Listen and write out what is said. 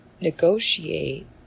negotiate